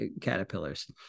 caterpillars